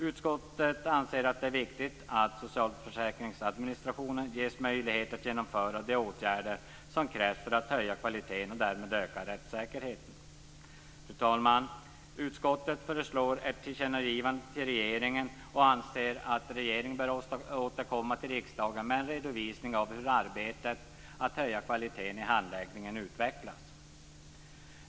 Utskottet anser att det är viktigt att socialförsäkringsadministrationen ges möjlighet att genomföra de åtgärder som krävs för att höja kvaliteten och därmed öka rättssäkerheten. Fru talman! Utskottet föreslår ett tillkännagivande till regeringen och anser att regeringen bör återkomma till riksdagen med en redovisning av hur arbetet med att höja kvaliteten i handläggningen utvecklas.